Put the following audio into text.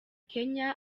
kenya